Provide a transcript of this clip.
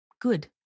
good